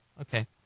Okay